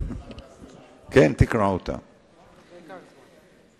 תקריא אותה בבקשה.